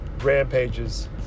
rampages